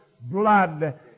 blood